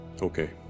Okay